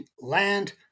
land